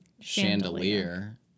chandelier